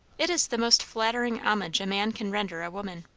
it is the most flattering homage a man can render a woman.